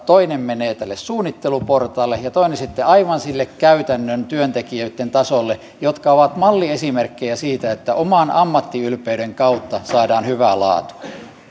toinen menee suunnitteluportaalle ja toinen sitten aivan sille käytännön työntekijöitten tasolle jotka ovat malliesimerkkejä siitä että oman ammattiylpeyden kautta saadaan hyvää laatua